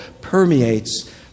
permeates